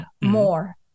more